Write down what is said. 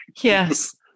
Yes